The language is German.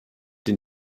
den